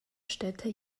städte